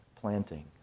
planting